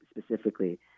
specifically